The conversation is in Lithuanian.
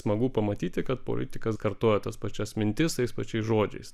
smagu pamatyti kad politikas kartoja tas pačias mintis tais pačiais žodžiais